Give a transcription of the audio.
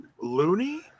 loony